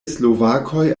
slovakoj